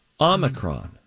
Omicron